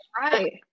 Right